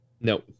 no